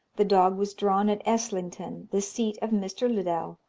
the dog was drawn at eslington, the seat of mr. liddell,